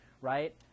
right